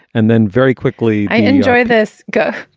and then very quickly i enjoy this. go,